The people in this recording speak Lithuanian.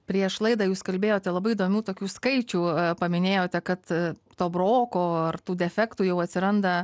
prieš laidą jūs kalbėjote labai įdomių tokių skaičių paminėjote kad to broko ar tų defektų jau atsiranda